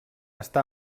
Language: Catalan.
està